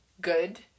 good